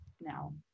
now